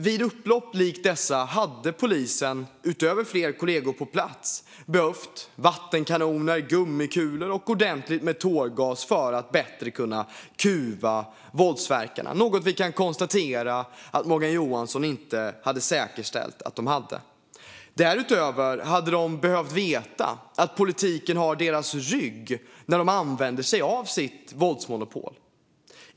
Vid upplopp som dessa hade polisen, utöver fler kollegor på plats, behövt vattenkanoner, gummikulor och ordentligt med tårgas för att bättre kunna kuva våldsverkarna - något vi kan konstatera att Morgan Johansson inte hade säkerställt att man hade. Därutöver hade poliserna behövt veta att politiken har deras rygg när de använder sig av sitt våldsmonopol.